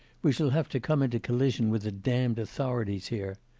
we shall have to come into collision with the damned authorities here.